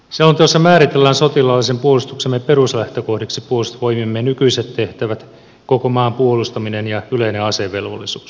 selonteossa määritellään sotilaallisen puolustuksemme peruslähtökohdiksi puolustusvoimiemme nykyiset tehtävät koko maan puolustaminen ja yleinen asevelvollisuus